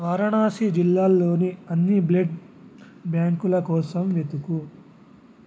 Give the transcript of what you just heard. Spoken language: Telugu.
వారణాసి జిల్లాలోని అన్ని బ్లడ్ బ్యాంకుల కోసం వెతుకు